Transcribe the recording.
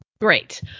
Great